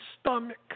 stomach